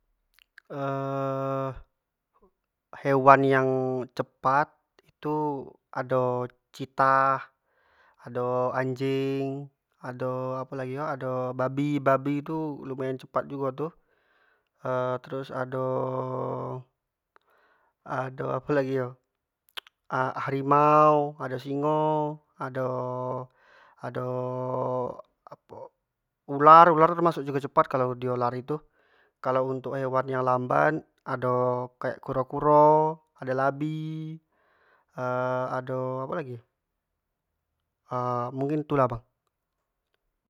hewan yang cepat itu ado citah, ado anjing, ado apo lagi yo ado babi, bai tu lumayan cepat jugo tu terus ado- o- o ado apo lagi yo, ha- harimau, ado singo, ado- o-o ado- o- o apo ular, ular termasuk jugo cepat kalau dio lari tu, kalau untuk hewan yang lambat ado kek kuro- kuro, ado labi- labi ado apo lagi yo mungkin itu lah bang